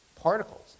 particles